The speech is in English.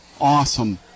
awesome